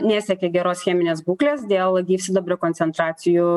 nesiekia geros cheminės būklės dėl gyvsidabrio koncentracijų